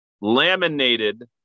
laminated